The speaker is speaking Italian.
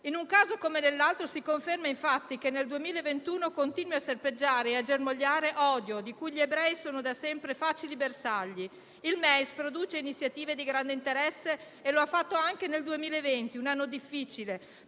In un caso come nell'altro si conferma che nel 2021 continua a serpeggiare e germogliare odio, di cui gli ebrei sono da sempre facili bersagli. Il MEIS produce iniziative di grande interesse e lo ha fatto anche nel 2020, un anno difficile,